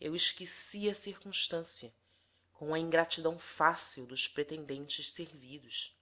eu esqueci a circunstância com a ingratidão fácil dos pretendentes servidos